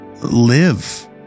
live